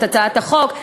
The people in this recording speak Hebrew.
את הצעת החוק,